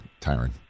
Tyron